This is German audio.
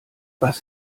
was